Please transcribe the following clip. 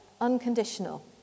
unconditional